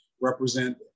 represent